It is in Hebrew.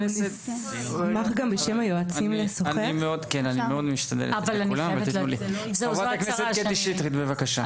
חברת הכנסת קטי שטרית, בבקשה.